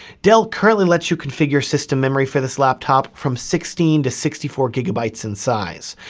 dell currently lets you configure system memory for this laptop from sixteen to sixty four gigabytes in size.